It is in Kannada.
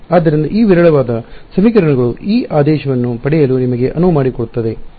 ಆದ್ದರಿಂದ ಈ ವಿರಳವಾದ ಸಮೀಕರಣಗಳು ಈ ಆದೇಶವನ್ನು ಪಡೆಯಲು ನಿಮಗೆ ಅನುವು ಮಾಡಿಕೊಡುತ್ತದೆ